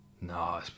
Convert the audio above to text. No